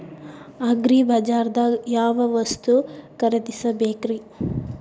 ಅಗ್ರಿಬಜಾರ್ದಾಗ್ ಯಾವ ವಸ್ತು ಖರೇದಿಸಬೇಕ್ರಿ?